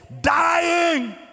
dying